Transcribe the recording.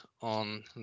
on